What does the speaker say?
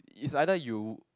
it's either you